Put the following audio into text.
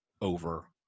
over